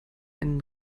einen